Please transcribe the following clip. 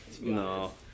No